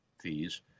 fees